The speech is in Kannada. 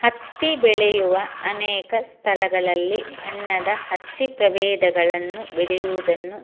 ಹತ್ತಿ ಬೆಳೆಯುವ ಅನೇಕ ಸ್ಥಳಗಳಲ್ಲಿ ಬಣ್ಣದ ಹತ್ತಿ ಪ್ರಭೇದಗಳನ್ನು ಬೆಳೆಯುವುದನ್ನು